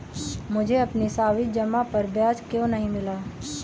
मुझे अपनी सावधि जमा पर ब्याज क्यो नहीं मिला?